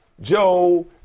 Joe